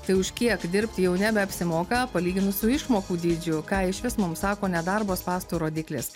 tai už kiek dirbti jau nebeapsimoka palyginus su išmokų dydžiu ką išvis mums sako nedarbo spąstų rodiklis